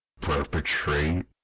perpetrate